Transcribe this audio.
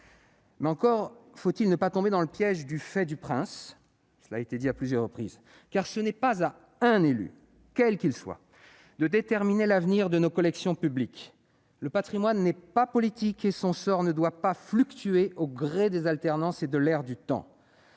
Mais encore faut-il ne pas tomber dans le piège du fait du prince, car ce n'est pas à un élu, quel qu'il soit, de déterminer l'avenir de nos collections publiques. Le patrimoine n'est pas politique et son sort ne doit pas fluctuer au gré des alternances et de l'air du temps.